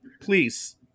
please